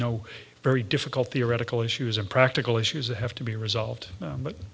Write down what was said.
no very difficult theoretical issues and practical issues that have to be resolved but